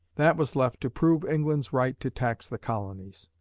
that was left to prove england's right to tax the colonies.